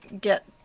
get